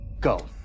go